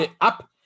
up